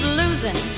losing